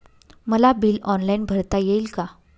मला bill online भरता येईल का?